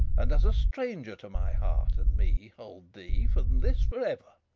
and as a stranger to my heart and me hold thee, from this for ever.